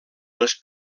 les